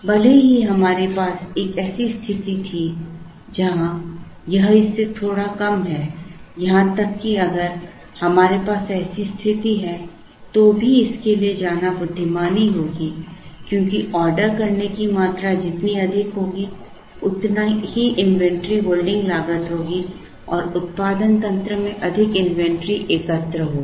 भले ही हमारे पास एक ऐसी स्थिति थी जहां यह इससे थोड़ा कम है यहां तक कि अगर हमारे पास ऐसी स्थिति है तो भी इसके लिए जाना बुद्धिमानी होगी क्योंकि ऑर्डर करने की मात्रा जितनी अधिक होगी उतनी ही इन्वेंट्री होल्डिंग लागत होगी और उत्पादन तंत्र में अधिक इन्वेंट्री एकत्र होगी